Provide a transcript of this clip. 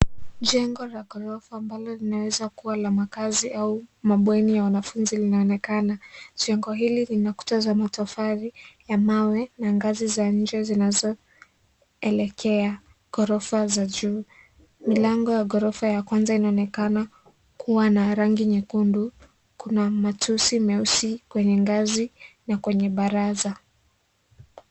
Jengo la ghorofa ambalo linaweza kuwa la makazi au mabweni ya wanafunzi linaonekana. Jengo hili lina kuta za matofali ya mawe na ngazi za nje zinazoelekea ghorofa za juu. Milango ya ghorofa ya kwanza inaonekana kuwa na rangi nyekundu. Kuna matusi meusi kwenye ngazi na kwenye baraza.